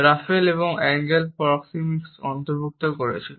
Rafael এবং এঙ্গেল proxemics অন্তর্ভুক্ত করেছিল